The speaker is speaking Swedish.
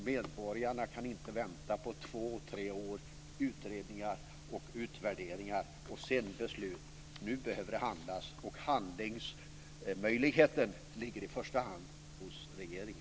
Medborgarna kan inte vänta två tre år på utredningar, utvärderingar och sedan beslut. Nu behöver det handlas. Handlingsmöjligheten finns i första hand hos regeringen.